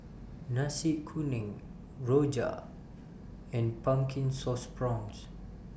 Nasi Kuning Rojak and Pumpkin Sauce Prawns